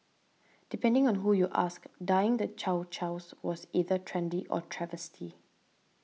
depending on who you ask dyeing the Chow Chows was either trendy or a travesty